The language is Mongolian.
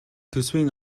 төсвийн